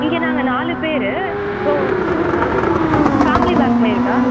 இங்கே நாங்கள் நாலு பேர் ஸோ ஆ ஃபேமிலி பேக் மாதிரி இருக்கா